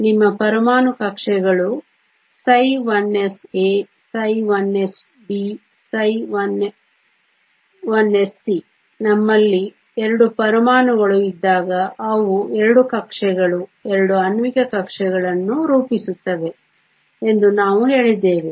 ನಿಮ್ಮ ಪರಮಾಣು ಕಕ್ಷೆಗಳು ψ1sA ψ1sB ψ1sc ನಮ್ಮಲ್ಲಿ 2 ಪರಮಾಣುಗಳು ಇದ್ದಾಗ ಅವು 2 ಕಕ್ಷೆಗಳು 2 ಆಣ್ವಿಕ ಕಕ್ಷೆಗಳನ್ನು ರೂಪಿಸುತ್ತವೆ ಎಂದು ನಾವು ಹೇಳಿದ್ದೇವೆ